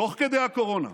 תוך כדי הקורונה,